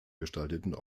gestalteten